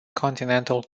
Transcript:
continental